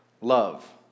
love